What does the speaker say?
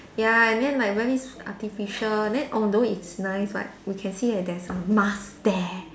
ya and then like very s~ artificial then although it's nice but we can see like there's a mask there